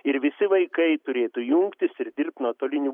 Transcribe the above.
ir visi vaikai turėtų jungtis ir dirbt nuotoliniu